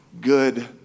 good